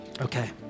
Okay